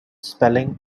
spelling